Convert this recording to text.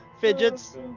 fidgets